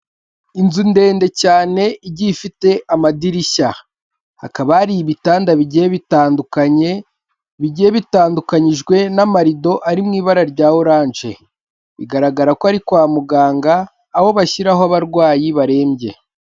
Inzu ndende cyane igiye ifite amadirishya, hakaba hari ibitanda bigiye bitandukanye, bigiye bitandukanijwe n'amarido ari mu ibara rya oranje bigaragara ko ari kwa muganga, aho bashyiraho abarwayi barembye.